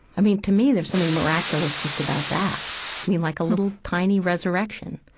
i mean, to me there's something miraculous just about that. i mean, like a little tiny resurrection.